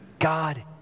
God